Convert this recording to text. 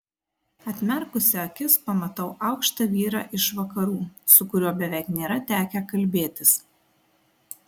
atmerkusi akis pamatau aukštą vyrą iš vakarų su kuriuo beveik nėra tekę kalbėtis